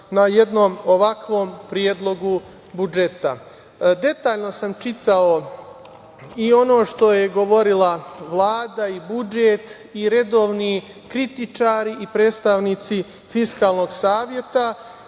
na jednom ovakvom Predlogu budžeta. Detaljno sam čitao i ono što je govorila Vlada i budžet i redovni kritičari i predstavnici Fiskalnog saveta